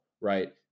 right